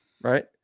right